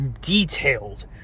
detailed